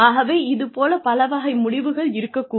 ஆகவே இதுபோல பல வகை முடிவுகள் இருக்கக் கூடும்